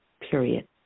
period